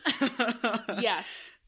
Yes